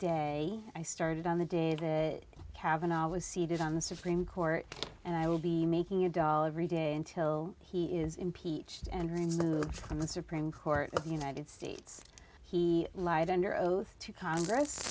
day i started on the day that cavanagh was seated on the supreme court and i will be making a dollar every day until he is impeached and removed from the supreme court of united states he lied under oath to congress